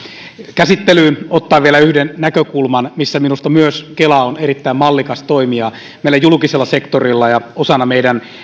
käsittelyyn ottaa vielä yhden näkökulman missä minusta myös kela on erittäin mallikas toimija meillä julkisella sektorilla ja osana meidän